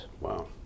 Wow